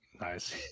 nice